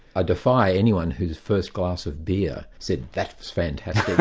i defy anyone whose first glass of beer said, that's fantastic.